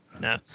No